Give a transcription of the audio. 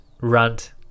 rant